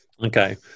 Okay